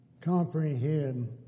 comprehend